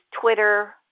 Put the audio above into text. Twitter